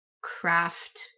craft